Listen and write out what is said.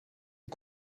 est